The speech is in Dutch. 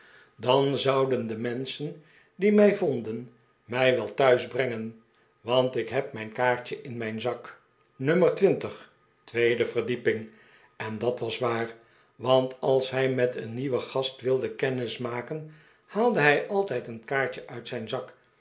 dan zouden de menschen die mij vonden mij wel thuis brengen want ik heb mijn kaartje in mijn zak nummer twintig tweede verdieping en dat was waar want als hij met een nieuwen gast wilde kennis maken haalde hij altijd een kaartje uit zijn zak